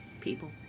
people